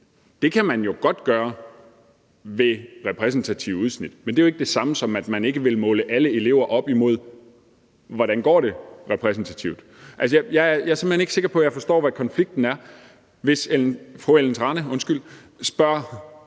det kan man jo godt gøre ved hjælp af et repræsentativt udsnit, men det er jo ikke det samme, som at man ikke vil måle alle elever op imod, hvordan det går rent repræsentativt. Altså, jeg er såmænd ikke sikker på, at jeg forstår, hvori konflikten består. Hvis fru Ellen Trane Nørby